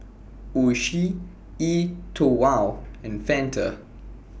Oishi E TWOW and Fanta